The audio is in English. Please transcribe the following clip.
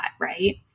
right